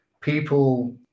people